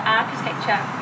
architecture